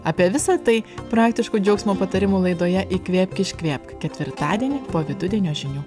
apie visa tai praktiškų džiaugsmo patarimų laidoje įkvėpk iškvėpk ketvirtadienį po vidudienio žinių